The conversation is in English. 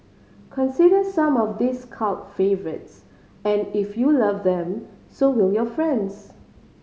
consider some of these cult favourites and if you love them so will your friends